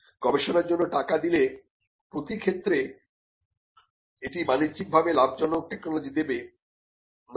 গবেষণার জন্য টাকা দিলে প্রতি ক্ষেত্রে এটি বাণিজ্যিকভাবে লাভজনক টেকনোলজি দেবে না